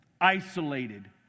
isolated